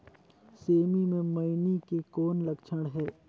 सेमी मे मईनी के कौन लक्षण हे?